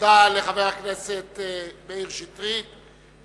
תודה לחבר הכנסת מאיר שטרית,